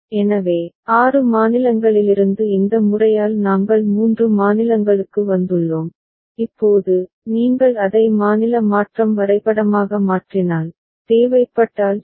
எனவே ஆறு மாநிலங்களிலிருந்து இந்த முறையால் நாங்கள் மூன்று மாநிலங்களுக்கு வந்துள்ளோம் இப்போது நீங்கள் அதை மாநில மாற்றம் வரைபடமாக மாற்றினால் தேவைப்பட்டால் சரி